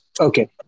Okay